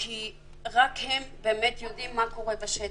כי רק הם באמת יודעים מה קורה בשטח.